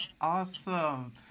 Awesome